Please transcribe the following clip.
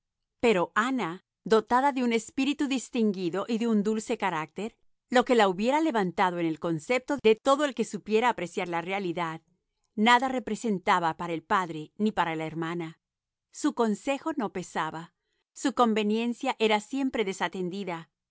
pero ama dotada de un espíritu distinguido y de un dulce carácter lo que la hubiera levantado en el concepto de todo el que supiera apreciar la realidad nada representaba para el padre ni para la hermana su consejo no pesaba su conveniencia era siempre desatendida